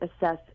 assess